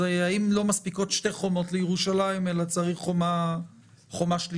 האם לא מספיקות שתי חומות לירושלים אלא צריך חומה שלישית?